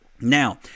Now